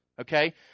okay